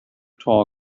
talk